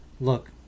look